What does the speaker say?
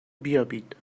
بیابید